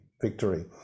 victory